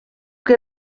que